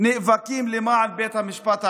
נאבקים למען בית המשפט העליון.